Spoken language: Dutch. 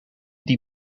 die